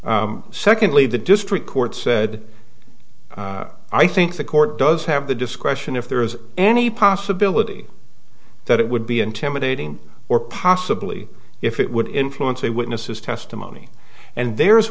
secondly the district court said i think the court does have the discretion if there is any possibility that it would be intimidating or possibly if it would influence a witness's testimony and there